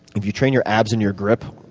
if you train your abs and your grip,